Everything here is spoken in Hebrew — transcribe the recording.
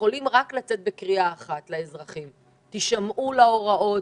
יכולים רק לצאת בקריאה אחת לאזרחים: תישמעו להוראות,